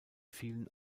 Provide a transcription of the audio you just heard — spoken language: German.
vielen